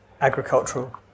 Agricultural